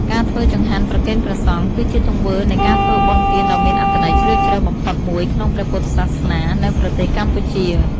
ការធ្វើចង្ហាន់ប្រគេនព្រះសង្ឃ គឺជាទង្វើនៃការធ្វើបុណ្យទានដ៏មានអត្ថន័យជ្រាលជ្រៅបំផុតមួយក្នុងព្រះពុទ្ធសាសនានៅប្រទេសកម្ពុជា។